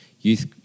youth